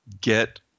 get